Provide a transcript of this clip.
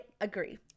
agree